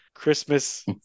Christmas